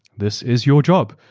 this is your job.